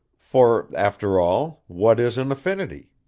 for, after all, what is an affinity?